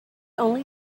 only